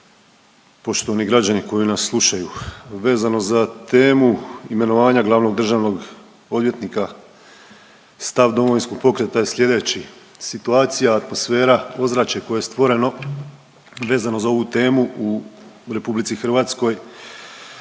poštovani građani koji nas slušaju, vezano za temu imenovanja glavnog državnog odvjetnika stav Domovinskog pokreta je slijedeći. Situacija, atmosfera, ozračje koje je stvoreno vezano za ovu temu u RH suprotno